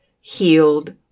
healed